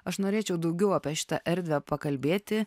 aš norėčiau daugiau apie šitą erdvę pakalbėti